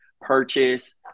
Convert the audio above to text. purchase